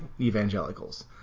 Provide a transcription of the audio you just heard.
evangelicals